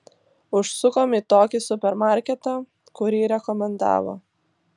užsukom į tokį supermarketą kurį rekomendavo